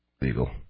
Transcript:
legal